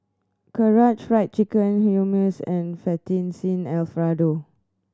Karaage Fried Chicken Hummus and Fettuccine Alfredo